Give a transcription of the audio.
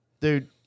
Dude